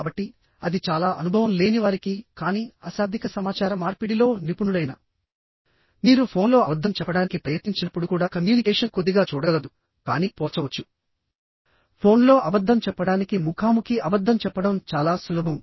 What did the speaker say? కాబట్టి అది చాలా అనుభవం లేనివారికికానీ అశాబ్దిక సమాచార మార్పిడిలో నిపుణుడైన మీరు ఫోన్లో అబద్ధం చెప్పడానికి ప్రయత్నించినప్పుడు కూడా కమ్యూనికేషన్ కొద్దిగా చూడగలదుకానీ పోల్చవచ్చు ఫోన్లో అబద్ధం చెప్పడానికి ముఖాముఖి అబద్ధం చెప్పడం చాలా సులభం